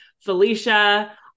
Felicia